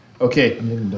Okay